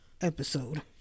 episode